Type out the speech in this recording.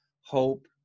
hope